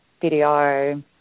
video